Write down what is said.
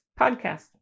podcast